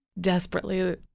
desperately